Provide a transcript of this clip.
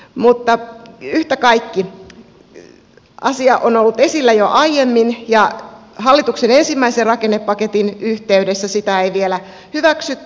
mutta yhtä kaikki asia on ollut esillä jo aiemmin ja hallituksen ensimmäisen rakennepaketin yhteydessä sitä ei vielä hyväksytty